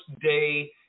day